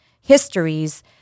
histories